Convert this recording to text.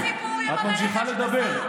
את ממשיכה לדבר.